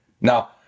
Now